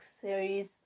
series